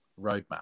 roadmap